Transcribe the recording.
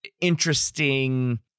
interesting